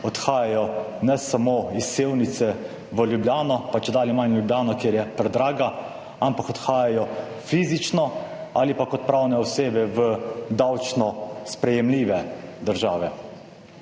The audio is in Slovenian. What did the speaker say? odhajajo, ne samo iz Sevnice v Ljubljano, pa čedalje manj v Ljubljano, ker je predraga, ampak odhajajo fizično ali pa kot pravne osebe v davčno sprejemljive države,